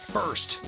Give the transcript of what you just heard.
first